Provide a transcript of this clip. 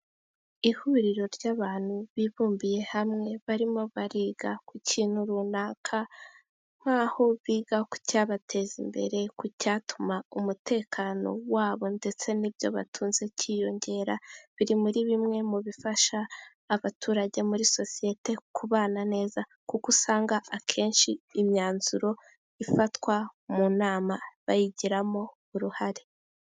Ihuriro ry'abantu bibumbiye hamwe barimo bariga ku kintu runaka nk'aho biga ku cyabateza imbere ku cyatuma umutekano wabo ndetse n'ibyo batunze kiyongera. Biri muri bimwe mu bifasha abaturage muri sosiyete kubana neza kuko usanga akenshi imyanzuro ifatwa mu nama bayigiramo uruhare.